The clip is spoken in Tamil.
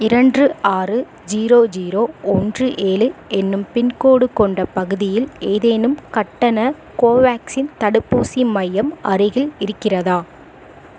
இரண்று ஆறு ஜீரோ ஜீரோ ஒன்று ஏழு என்னும் பின்கோட் கொண்ட பகுதியில் ஏதேனும் கட்டண கோவேக்சின் தடுப்பூசி மையம் அருகில் இருக்கிறதா